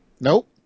nope